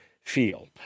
feel